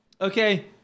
okay